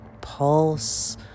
pulse